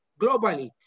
globally